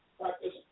Practice